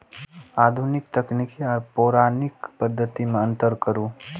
आधुनिक तकनीक आर पौराणिक पद्धति में अंतर करू?